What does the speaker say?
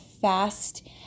fast